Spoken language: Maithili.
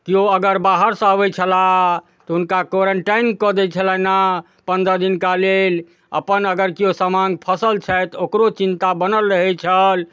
केओ अगर बाहरसँ अबै छलाह तऽ हुनका कोरेन्टाइन कऽ दै छलनि पनरह दिनका लेल अपन अगर केओ समाङ्ग फँसल छथि ओकरो चिन्ता बनल रहै छल